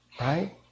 right